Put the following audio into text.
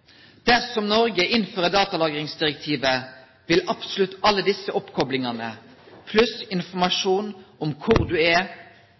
allerede. Dersom Norge innfører datalagringsdirektivet, vil absolutt alle disse oppkoblingene, pluss informasjon om hvor man var